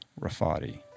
Rafati